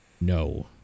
No